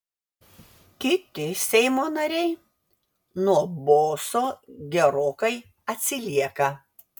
kiti seimo nariai nuo boso gerokai atsilieka